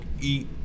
Eat